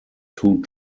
two